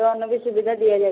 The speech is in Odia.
ଲୋନ୍ ବି ସୁବିଧା ଦିଆଯାଉଛି